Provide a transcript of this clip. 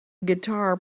guitar